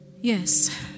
Yes